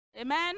Amen